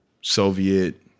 Soviet